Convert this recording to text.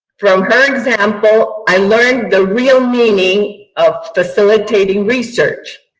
from her example i learned the real meaning of facilitating research.